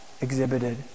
exhibited